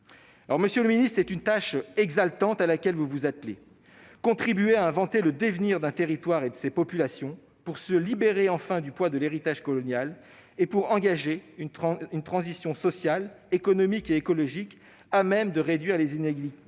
mois. Monsieur le ministre, c'est une tâche exaltante à laquelle vous vous attelez : contribuer à inventer le devenir d'un territoire et de ses populations pour se libérer enfin du poids de l'héritage colonial et pour engager une transition sociale, économique et écologique à même de réduire les inégalités,